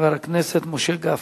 חבר הכנסת משה גפני.